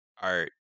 art